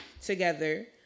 together